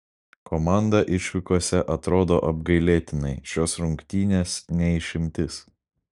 komanda išvykose atrodo apgailėtinai šios rungtynės ne išimtis